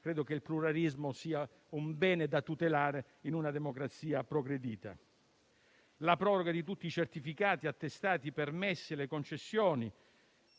Credo che il pluralismo sia un bene da tutelare in una democrazia progredita. Menziono inoltre la proroga di tutti i certificati, gli attestati, i permessi e le concessioni;